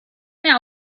mehr